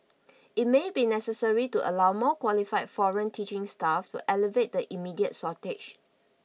it may be necessary to allow more qualified foreign teaching staff to alleviate the immediate shortage